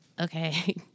okay